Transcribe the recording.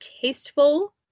tasteful